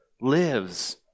lives